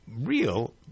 real